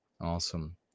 awesome